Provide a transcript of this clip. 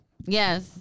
yes